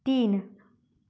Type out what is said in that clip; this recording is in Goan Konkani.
तीन